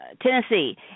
Tennessee